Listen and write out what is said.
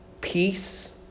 peace